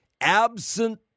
absent